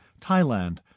Thailand